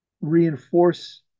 reinforce